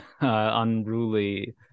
unruly